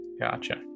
Gotcha